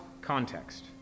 context